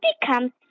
become